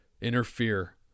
interfere